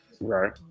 Right